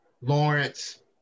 Lawrence